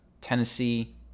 Tennessee